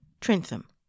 Trentham